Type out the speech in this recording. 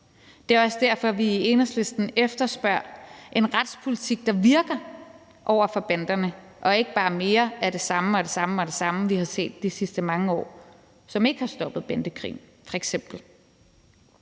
Det er også derfor, vi i Enhedslisten efterspørger en retspolitik, der virker over for banderne og ikke bare mere af det samme og det samme, vi har set de sidste mange år, og som ikke har stoppet f.eks.